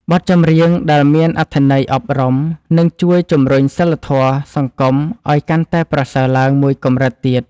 បទចម្រៀងដែលមានអត្ថន័យអប់រំនឹងជួយជម្រុញសីលធម៌សង្គមឱ្យកាន់តែប្រសើរឡើងមួយកម្រិតទៀត។